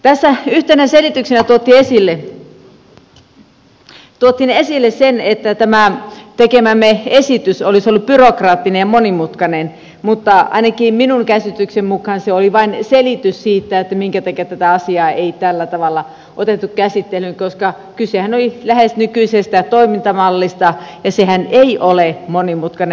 tässä yhtenä selityksenä tuotiin esille se että tämä tekemämme esitys olisi ollut byrokraattinen ja monimutkainen mutta ainakin minun käsityksen mukaan se oli vain selitys siitä minkä takia tätä asiaa ei tällä tavalla otettu käsittelyyn koska kysehän oli lähes nykyisestä toimintamallista ja sehän ei ole monimutkainen